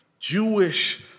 Jewish